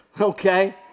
Okay